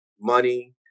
money